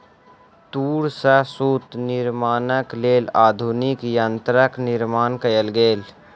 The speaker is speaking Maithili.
तूर सॅ सूत निर्माणक लेल आधुनिक यंत्रक निर्माण कयल गेल